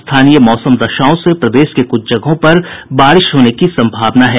स्थानीय मौसम दशाओं से प्रदेश के कुछ जगहों पर बारिश होने की सम्भावना है